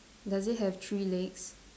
does it have three legs